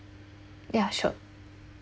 ya sure